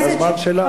זה הזמן שלה.